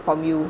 from you